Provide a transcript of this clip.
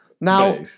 now